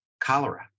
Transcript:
cholera